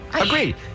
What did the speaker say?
Agreed